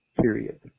Period